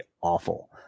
awful